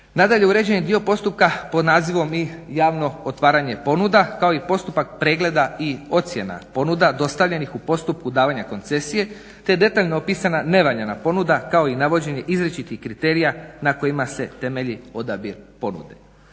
Nadalje, uređen je dio postupka pod nazivom i javno otvaranje ponuda kao i postupak pregleda i ocjena ponuda dostavljenih u postupku davanja koncesije, te detaljno opisana nevaljana ponuda kao i navođenje izričitih kriterija na kojima se temelji odabir ponude.